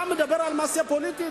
אתה מדבר על מעשה פוליטי?